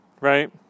right